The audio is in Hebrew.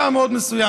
צער מאוד מסוים.